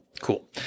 Cool